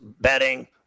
betting